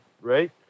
right